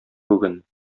бүген